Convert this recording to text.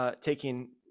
taking